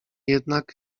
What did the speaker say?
jednak